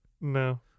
No